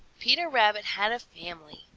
peter rabbit had a family!